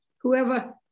whoever